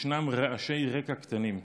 ישנם רעשי רקע קטנים.